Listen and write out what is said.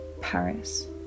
Paris